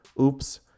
Oops